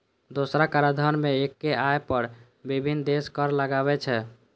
दोहरा कराधान मे एक्के आय पर विभिन्न देश कर लगाबै छै